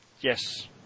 Yes